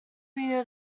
rear